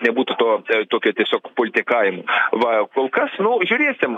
nebūtų to tokio tiesiog politikavimo va kol kas žiūrėsim